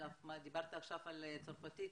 דיברת עכשיו על צרפתית,